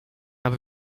aby